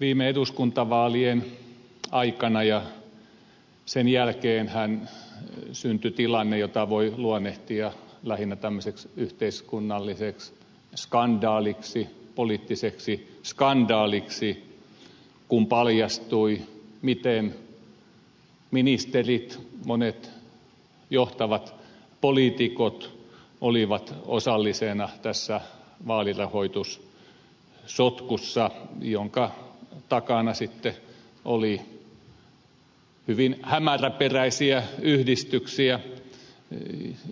viime eduskuntavaalien aikana ja niiden jälkeenhän syntyi tilanne jota voi luonnehtia lähinnä yhteiskunnalliseksi skandaaliksi poliittiseksi skandaaliksi kun paljastui miten ministerit ja monet johtavat poliitikot olivat osallisena tässä vaalirahoitussotkussa jonka takana sitten oli hyvin hämäräperäisiä yhdistyksiä